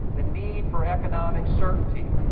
the need for economic certainty,